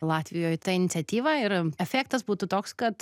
latvijoj ta iniciatyva ir efektas būtų toks kad